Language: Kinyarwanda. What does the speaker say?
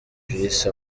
yise